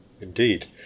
Indeed